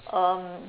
um